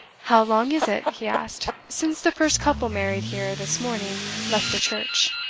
how long is it, he asked, since the first couple married here this morning left the church?